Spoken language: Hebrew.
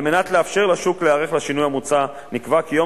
על מנת לאפשר לשוק להיערך לשינוי המוצע נקבע כי יום